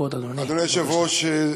אדוני היושב-ראש,